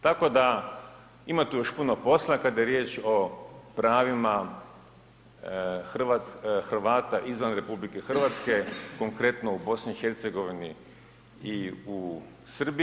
Tako da ima tu još puno posla kada je riječ o pravima Hrvata izvan RH, konkretno u BiH i u Srbiji.